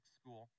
school